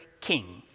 king